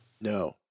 No